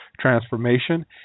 Transformation